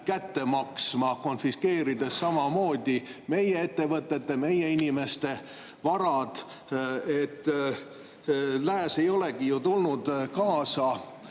kätte maksma, konfiskeerides samamoodi meie ettevõtete, meie inimeste varad. Lääs ei olegi ju tulnud kaasa